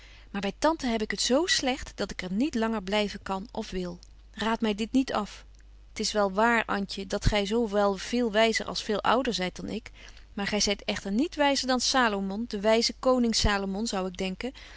maar by tante heb ik het zo slegt dat ik er niet langer blyven kan of wil raad my dit niet af t is wel waar antje dat gy zo wel veel wyzer als veel ouder zyt dan ik maar gy zyt echter niet wyzer dan salomon de wyze koning salomon zou ik denken